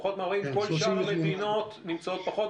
כל שאר המדינות נמצאות על פחות.